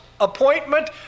appointment